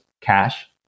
cash